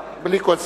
בלי כל ספק.